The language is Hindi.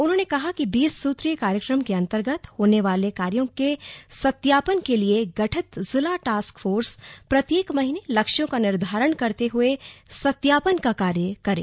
उन्होंने कहा कि बीस सुत्रीय कार्यक्रम के अंतर्गत होने वाले कार्यो के सत्यापन के लिए गठित जिला टास्क फोर्स प्रत्येक महीने लक्ष्यों का निर्धारण करते हुए सत्यापन का कार्य करें